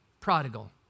prodigal